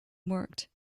worked